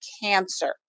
cancer